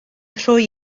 rhoi